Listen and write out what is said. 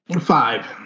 five